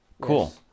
Cool